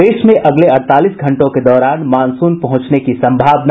प्रदेश में अगले अड़तालीस घंटों के दौरान मानसून पहुंचने की संभावना